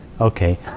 Okay